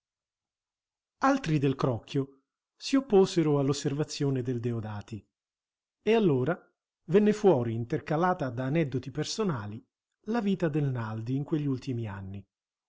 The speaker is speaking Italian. altri del crocchio si opposero all'osservazione del deodati e allora venne fuori intercalata d'aneddoti personali la vita del naldi in quegli ultimi anni